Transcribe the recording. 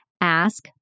ask